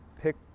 pick